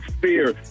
fear